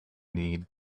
need